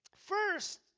First